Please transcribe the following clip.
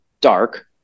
dark